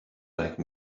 like